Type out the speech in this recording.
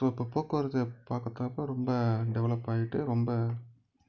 so அப்போ போக்குவரத்து பார்க்கறப்ப ரொம்ப டெவலப் ஆகிட்டு ரொம்ப